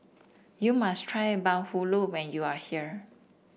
you must try Bahulu when you are here